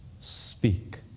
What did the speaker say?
speak